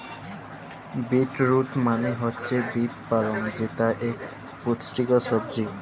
beet root মালে হছে beet পালং যেট ইকট পুষ্টিকর সবজি